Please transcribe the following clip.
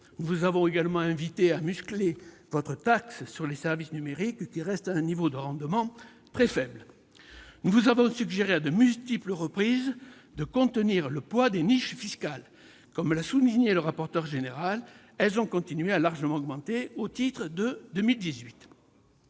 Nous vous avons également invité à « muscler » votre taxe sur les services numériques, qui reste à un niveau de rendement très faible. Nous vous avons suggéré, à de multiples reprises, de contenir le poids des niches fiscales. Comme l'a souligné le rapporteur général de notre commission des finances, elles ont continué à largement augmenter au titre de 2018.